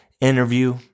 interview